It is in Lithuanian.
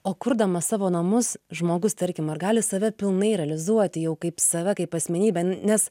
o kurdamas savo namus žmogus tarkim ar gali save pilnai realizuoti jau kaip save kaip asmenybę nes